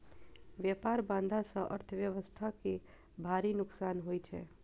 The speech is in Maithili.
व्यापार बाधा सं अर्थव्यवस्था कें भारी नुकसान होइ छै